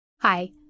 Hi